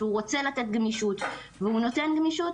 שהוא רוצה לתת גמישות והוא נותן גמישות.